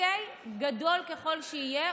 גדול ככל שיהיה,